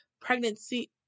pregnancy